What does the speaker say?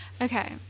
okay